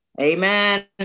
Amen